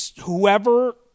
Whoever